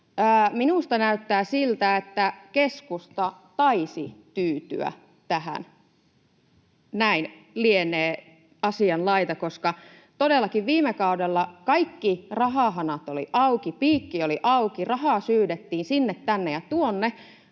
Minusta näyttää siltä, että keskusta taisi tyytyä tähän. Näin lienee asian laita, koska todellakin viime kaudella kaikki rahahanat olivat auki — piikki oli auki, rahaa syydettiin sinne, tänne ja tuonne